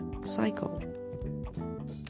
cycle